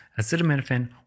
acetaminophen